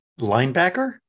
linebacker